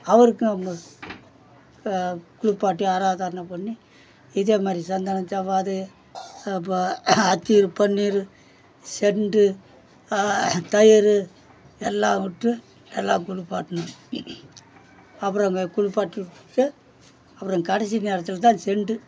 அவருக்கும் நம்ம குளிப்பாட்டி ஆராதாரனம் பண்ணி இதேமாதிரி சந்தனம் ஜவ்வாது அப்போ அத்தர் பன்னீர் செண்டு தயிர் எல்லாம் விட்டு நல்லா குளிப்பாட்டணும் அப்புறம் இங்கே குளிப்பாட்டி விட்டுட்டு அப்புறம் கடைசி நேரத்தில் தான் செண்ட்டு